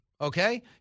Okay